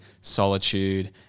solitude